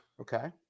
Okay